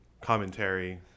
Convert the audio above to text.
commentary